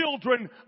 children